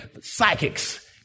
psychics